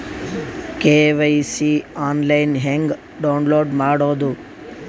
KYC online ಹೆಂಗ್ download ಮಾಡೋದು?